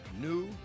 new